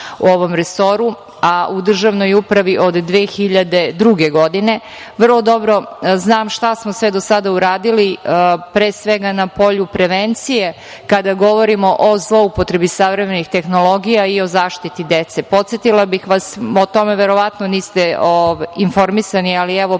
u ovom resoru, a u državnoj upravi od 2002. godine, vrlo dobro znam šta smo sve do sada uradili, pre svega, na polju prevencije, kada govorimo o zloupotrebi savremenih tehnologija i o zaštiti dece. Podsetila bih vas, o tome verovatno niste informisani, ali evo